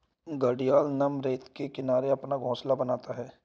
घड़ियाल नम रेत के किनारे अपना घोंसला बनाता है